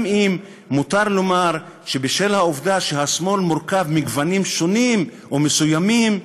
גם אם מותר לומר שבשל העובדה שהשמאל מורכב מגוונים שונים ומסוימים,